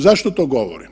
Zašto to govorim?